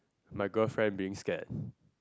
my girlfriend being scared